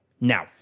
now